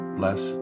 bless